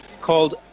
called